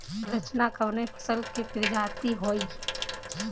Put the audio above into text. रचना कवने फसल के प्रजाति हयुए?